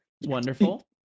Wonderful